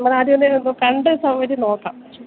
നമ്മൾ ആദ്യം ഒന്നു കണ്ട് സൗകര്യം നോക്കാം